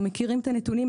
אנחנו מכירים את הנתונים,